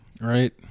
Right